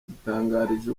yadutangarije